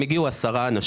היא הגיעה עם 10 אנשים.